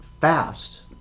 fast